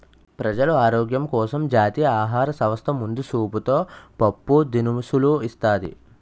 ప్రజలు ఆరోగ్యం కోసం జాతీయ ఆహార సంస్థ ముందు సూపుతో పప్పు దినుసులు ఇస్తాది